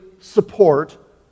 support